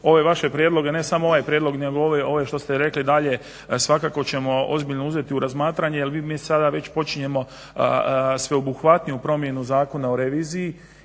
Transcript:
Ove vaše prijedloge, ne samo ovaj prijedlog nego ovo što rekli dalje svakako ćemo ozbiljno uzeti u razmatranje jer mi sada već počinjemo sveobuhvatniju promjenu Zakona o reviziji